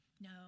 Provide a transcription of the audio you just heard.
No